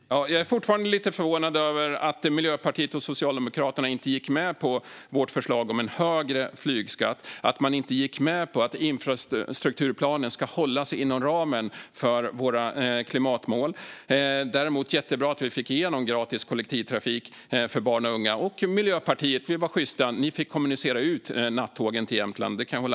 Fru talman! Jag är fortfarande lite förvånad över att Miljöpartiet och Socialdemokraterna inte gick med på vårt förslag om en högre flygskatt och att infrastrukturplanen ska hålla sig inom ramen för våra klimatmål. Däremot är det jättebra att vi fick igenom gratis kollektivtrafik för barn och unga. Och vi vill vara sjysta - Miljöpartiet fick kommunicera ut natttågen till Jämtland.